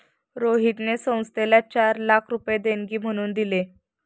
रोहितने संस्थेला चार लाख रुपये देणगी म्हणून दिले